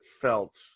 felt